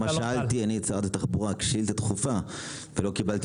אני שאלתי את שרת התחבורה שאילתה דחופה ולא קיבלתי